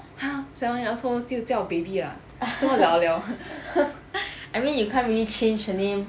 !huh! seven years old still 叫 baby ah 够老了